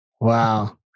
Wow